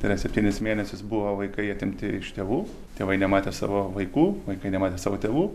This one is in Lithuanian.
tai yra septynis mėnesius buvo vaikai atimti iš tėvų tėvai nematė savo vaikų vaikai nematė savo tėvų